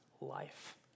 life